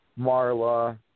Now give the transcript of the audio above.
Marla